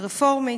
הרפורמית.